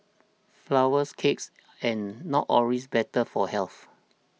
flowers cakes and not always better for health